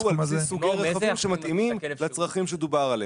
הסכומים האלה נקבעו על בסיס סוגי רכבים שמתאימים לצרכים שדובר עליהם.